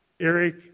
Eric